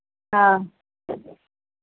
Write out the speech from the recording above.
हँ